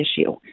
issue